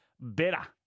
better